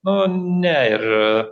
nu ne ir